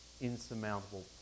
insurmountable